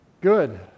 good